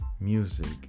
music